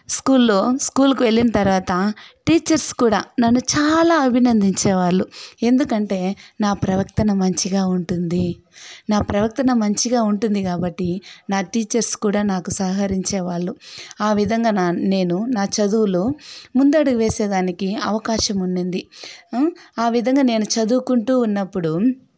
స్కూల్లో స్కూలుకు వెళ్లిన తర్వాత టీచర్స్ కూడా నన్ను చాలా అభినందించే వాళ్ళు ఎందుకంటే నా ప్రవర్తన మంచిగా ఉంటుంది నా ప్రవర్తన మంచిగా ఉంటుంది కాబట్టి నా టీచర్స్ కూడా నాకు సహకరించేవాళ్ళు ఆ విధంగా నా నేను నా చదువులో ముందడుగు వేసేదానికి అవకాశం ఉండింది ఆ విధంగా నేను చదువుకుంటూ ఉన్నప్పుడు